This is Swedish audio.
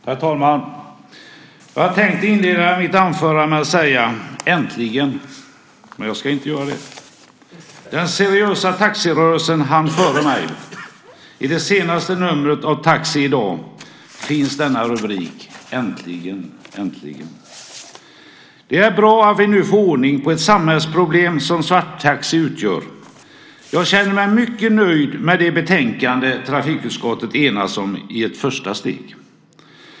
Herr talman! Jag hade tänkt inleda mitt anförande med att säga "Äntligen!" men det ska jag inte. Den seriösa taxirörelsen hann före mig. I det senaste numret av Taxi Idag finns nämligen denna rubrik: "Äntligen, äntligen!" Det är bra att vi nu får ordning på det samhällsproblem som svarttaxi utgör. Jag känner mig mycket nöjd med det betänkande som trafikutskottet har enats om i ett första steg.